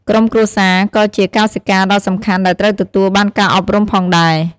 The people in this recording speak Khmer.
ក្រុមគ្រួសារ ក៏ជាកោសិកាដ៏សំខាន់ដែលត្រូវទទួលបានការអប់រំផងដែរ។